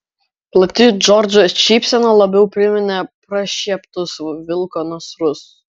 plati džordžo šypsena labiau priminė prašieptus vilko nasrus